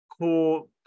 cool